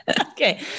Okay